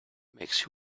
makes